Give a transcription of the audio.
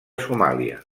somàlia